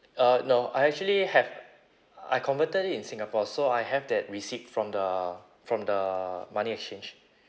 uh no I actually have I converted it in singapore so I have that receipt from the from the money exchange